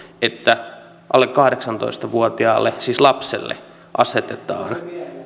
että alle kahdeksantoista vuotiaille siis lapsille asetetaan